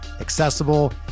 accessible